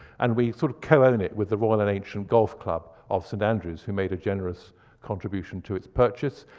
and we sort of co-own it with the royal and ancient golf club of st. andrews who made a generous contribution to its purchase.